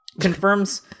confirms